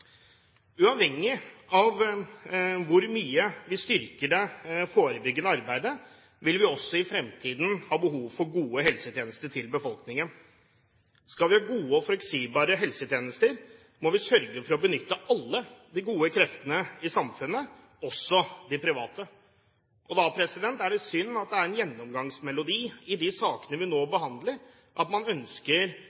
Uavhengig av hvor mye vi styrker det forebyggende arbeidet, vil vi også i fremtiden ha behov for gode helsetjenester til befolkningen. Skal vi ha gode og forutsigbare helsetjenester, må vi sørge for å benytte alle de gode kreftene i samfunnet, også de private. Da er det synd at det er en gjennomgangsmelodi i de sakene vi nå